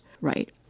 right